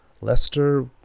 Leicester